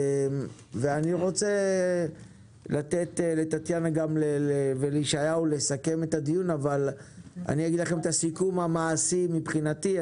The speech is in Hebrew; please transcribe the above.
אני רוצה לתת לטטיאנה ולישעיהו לסכם אני אסכם מעשית מבחינתי.